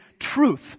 truth